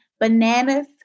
bananas